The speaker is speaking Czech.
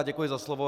Děkuji za slovo.